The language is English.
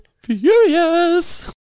furious